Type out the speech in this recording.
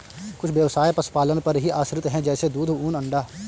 कुछ ब्यवसाय पशुपालन पर ही आश्रित है जैसे दूध, ऊन, अंडा